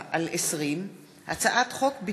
פ/4034/20 וכלה בהצעת חוק פ/4081/20,